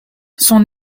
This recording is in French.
son